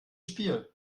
spiel